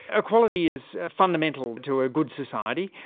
equality is fundamental to a good society.